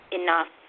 enough